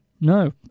No